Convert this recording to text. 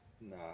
Nah